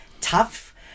tough